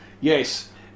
Yes